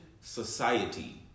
society